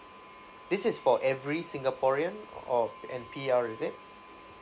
this is for every singaporean or and P_R is it